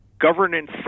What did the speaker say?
Governance